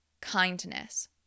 kindness